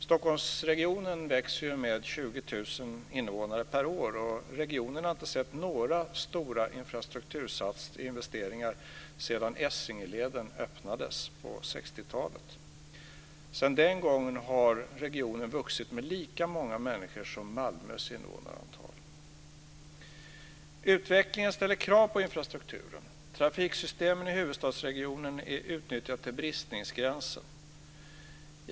Stockholmsregionen växer med 20 000 invånare per år. Regionen har inte sett några stora infrastrukturinvesteringar sedan Essingeleden öppnades på 60 talet. Sedan den gången har regionen vuxit med lika många människor som Malmös invånarantal. Utvecklingen ställer krav på infrastrukturen. Trafiksystemen i huvudstadsregionen är utnyttjade till bristningsgränsen.